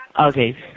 Okay